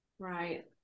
Right